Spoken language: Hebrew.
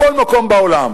בכל מקום בעולם.